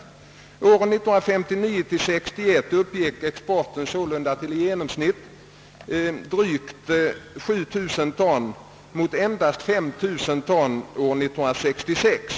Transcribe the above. Åren 1959—1961 uppgick exporten sålunda till i genomsnitt drygt 7000 ton mot endast 500 ton år 1966.